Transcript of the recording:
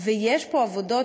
יש פה עבודות,